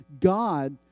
God